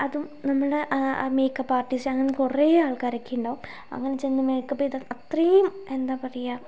അതും നമ്മുടെ makeup artist അങ്ങനെ കുറയേ ആൾക്കാരൊക്കെയുണ്ടാവും അങ്ങനെ ചെന്ന് മേക്കപ്പ് ചെയ്ത് അത്രേയും എന്താ പറയുക